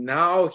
now